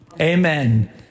amen